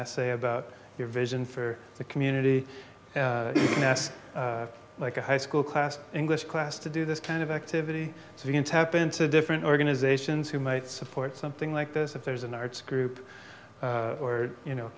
essay about your vision for the community yes like a high school class english class to do this kind of activity so we can tap into different organizations who might support something like this if there's an arts group or you know